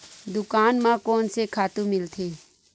दुकान म कोन से खातु मिलथे?